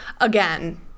again